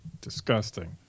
Disgusting